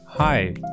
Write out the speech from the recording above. Hi